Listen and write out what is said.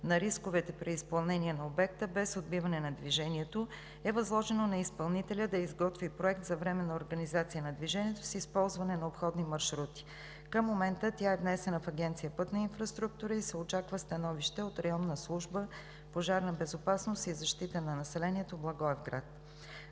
на рисковете при изпълнение на обекта, без отбиване на движението, е възложено на изпълнителя да изготви проект за временна организация на движението с използване на обходни маршрути. Към момента тя е внесена в Агенция „Пътна инфраструктура“ и се очаква становище от Районна служба „Пожарна безопасност и защита на населението“ – Благоевград.